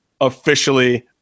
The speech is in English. officially